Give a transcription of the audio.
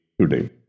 today